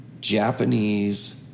Japanese